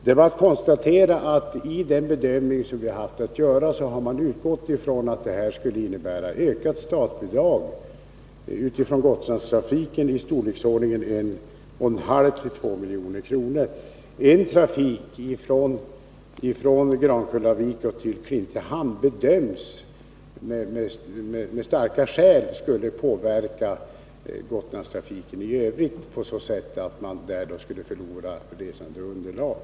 Vi kan konstatera, att vid den bedömning som vi har haft att göra har man utgått från att en tillstyrkan skulle innebära ökade statsbidrag för Gotlandstrafiken i storleksordningen 11/22 milj.kr. En trafik från Grankullavik till Klintehamn bedöms med starka skäl komma att påverka Gotlandstrafiken i övrigt på så sätt, att man där förlorar resandeunderlag.